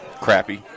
crappy